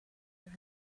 here